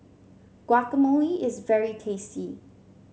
guacamole is very tasty